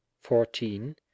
fourteen